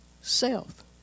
Self